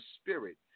spirit